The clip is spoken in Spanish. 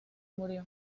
murió